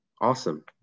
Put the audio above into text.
Awesome